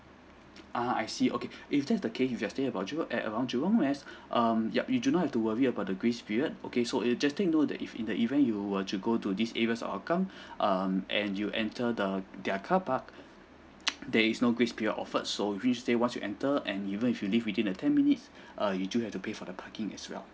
uh I see okay if that's the case if you're stay about jurong at around jurong west um yup you do not have to worry about the grace period okay so it just take note that if in the event you were to go to these area at hougang um and you enter the their carpark there is no grace period offered so means that once you enter and even if you leave within the ten minutes err you do have to pay for the parking as well